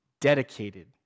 dedicated